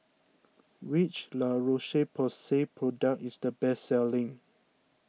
which La Roche Porsay product is the best selling